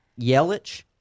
Yelich